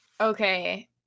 Okay